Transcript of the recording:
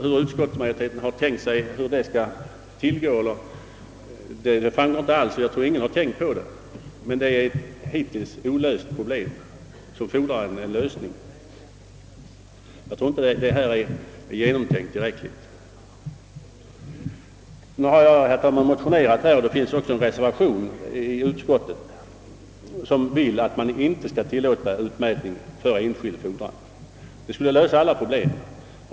Hur utskottsmajoriteten har menat att det hela skall ordnas framgår inte; jag tror inte att man har tänkt på det. Det är ett hittills olöst problem som dock måste få en lösning. Detta är inte genomtänkt. Jag har, herr talman, motionerat i denna fråga och det finns också en reservation fogad till utskottsutlåtandet, vari föreslås att utmätning inte skall tillåtas för enskild fordran.